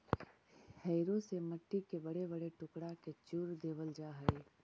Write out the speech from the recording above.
harrow से मट्टी के बड़े बड़े टुकड़ा के चूर देवल जा हई